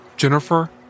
Jennifer